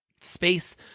space